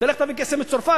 לך תביא כסף מצרפת,